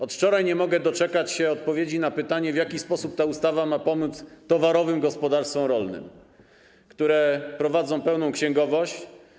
Od wczoraj nie mogę doczekać się odpowiedzi na pytanie, w jaki sposób ta ustawa ma pomóc towarowym gospodarstwom rolnym, które prowadzą pełną księgowość.